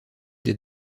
des